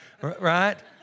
right